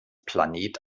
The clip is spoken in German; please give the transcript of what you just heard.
planet